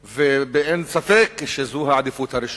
אין ספק שזו העדיפות הראשונה.